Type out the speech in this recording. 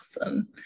awesome